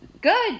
good